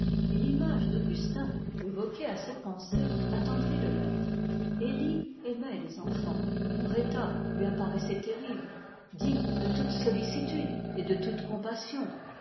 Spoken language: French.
s'entretenir et l'image d'augustin évoquée à cette pensée attendrit le maître élie aimait les enfants leur état lui apparaissait terrible digne de toute sollicitude et de toute compassion